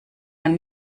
man